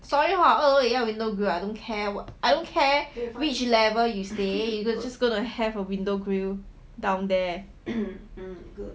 sorry hor 二楼也要 window grille I don't care what I don't care which level you stay you just gonna have a window grille down there